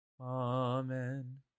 Amen